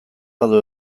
badu